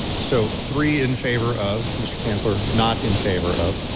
so three in favor of, mr. stanzler not in favor of.